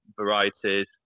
varieties